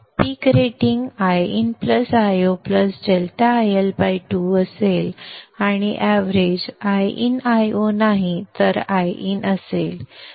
पीक rating Iin Io ∆IL2 असेल आणि average Iin Io नाही तर Iin असेल